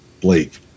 Blake